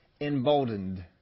emboldened